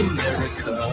America